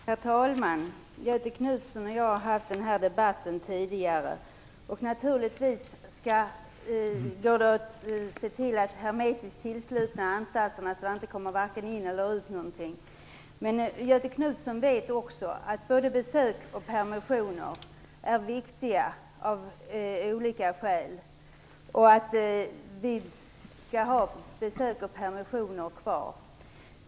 Herr talman! Göthe Knutson och jag har fört den här debatten tidigare. Naturligtvis går det att tillsluta anstalterna hermetiskt, så att inte någonting kommer vare sig in eller ut. Men Göthe Knutson vet också att både besök och permissioner är viktiga av olika skäl, och att vi skall ha besök och permissioner kvar.